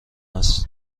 است